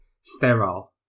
sterile